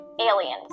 aliens